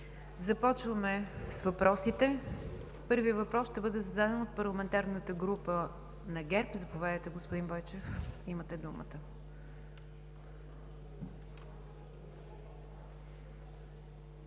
Започваме с въпросите. Първият въпрос ще бъде зададен от парламентарната група на ГЕРБ. Заповядайте, господин Бойчев, имате думата.